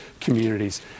communities